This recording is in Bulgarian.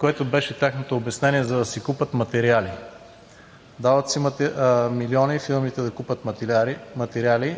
което беше тяхното обяснение, за да си купят материали. Дават се милиони фирмите да купят материали.